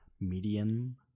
medium